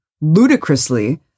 Ludicrously